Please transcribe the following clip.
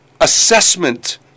assessment